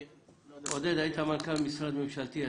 עודד, היית מנכ"ל משרד ממשלתי.